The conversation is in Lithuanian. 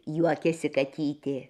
juokėsi katytė